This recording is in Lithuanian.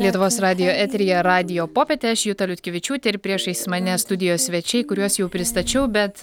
lietuvos radijo eteryje radijo popietė aš juta liutkevičiūtė ir priešais mane studijos svečiai kuriuos jau pristačiau bet